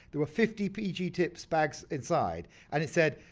there were fifty pg tips bags inside and it said,